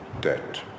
debt